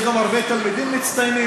יש גם הרבה תלמידים מצטיינים.